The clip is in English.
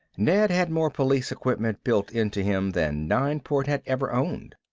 ned had more police equipment built into him than nineport had ever owned.